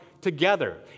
together